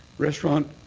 restaurant,